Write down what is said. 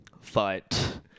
Fight